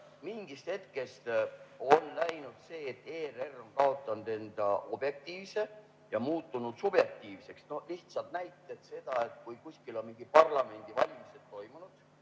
Mingist hetkest on läinud nii, et ERR on kaotanud enda objektiivsuse ja muutunud subjektiivseks. Lihtsalt näiteks see, et kui kuskil on mingid parlamendivalimised toimunud